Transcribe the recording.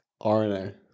RNA